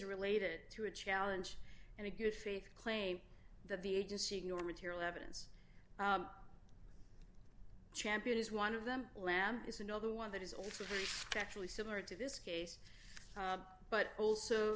related to a challenge and a good faith claim that the agency ignore material evidence champion is one of them lam is another one that is also very actually similar to this case but also